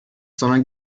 sondern